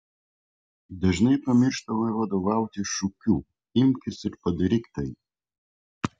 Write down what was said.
dažnai pamirštame vadovautis šūkiu imkis ir padaryk tai